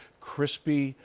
crispy.